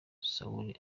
sawuli